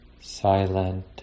silent